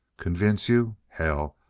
convince you? hell,